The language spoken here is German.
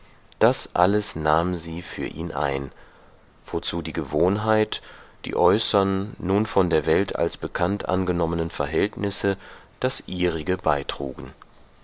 das alles nahm sie für ihn ein wozu die gewohnheit die äußern nun von der welt als bekannt angenommenen verhältnisse das ihrige beitrugen